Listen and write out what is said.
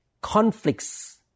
conflicts